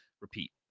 repeat